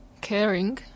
caring